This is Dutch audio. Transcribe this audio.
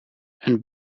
een